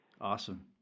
Awesome